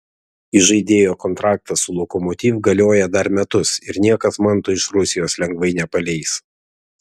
įžaidėjo kontraktas su lokomotiv galioja dar metus ir niekas manto iš rusijos lengvai nepaleis